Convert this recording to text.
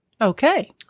Okay